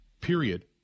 Period